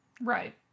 Right